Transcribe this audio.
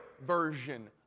version